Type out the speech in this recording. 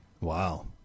Wow